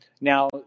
Now